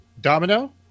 Domino